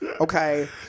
Okay